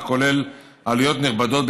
הכולל עלויות נכבדות,